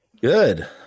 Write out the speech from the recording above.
good